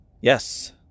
Yes